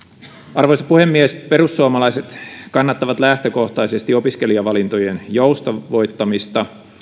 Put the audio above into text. arvoisa puhemies perussuomalaiset kannattavat lähtökohtaisesti opiskelijavalintojen joustavoittamista